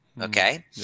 Okay